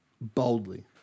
boldly